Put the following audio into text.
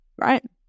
right